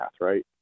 right